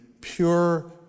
pure